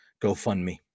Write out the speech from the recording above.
GoFundMe